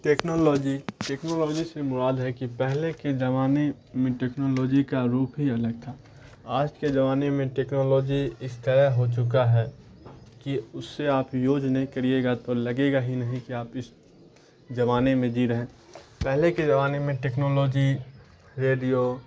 technology technology سے مراد ہے کہ پہلے کے زمانے میں ٹیکنالوجی کا روپ ہی الگ تھا آج کے زمانے میں ٹیکنالوجی اس طرح ہو چکا ہے کہ اس سے آپ یوج نہیں کریے گا تو لگے گا ہی نہیں کہ آپ اس زمانے میں جی رہے ہیں پہلے کے زمانے میں ٹیکنالوجی ریڈیو